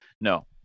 No